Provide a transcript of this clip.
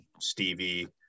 Stevie